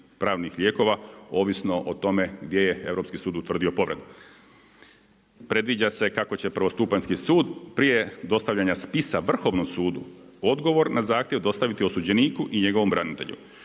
pravnih lijekova, ovisno o tome gdje je Europski sud utvrdio povredu. Predviđa se kako će prvostupanjski sud prije dostavljanje spisa vrhovnog sudu, odgovor na zahtjev dostaviti osuđeniku i njegovom branitelju.